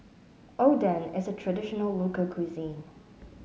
Oden is a traditional local cuisine